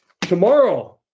tomorrow